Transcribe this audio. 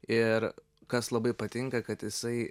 ir kas labai patinka kad jisai